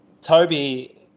Toby